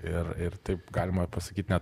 ir ir taip galima pasakyt net